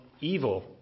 evil